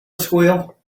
squeal